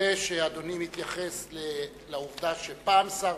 יפה שאדוני מתייחס לעובדה שפעם שר,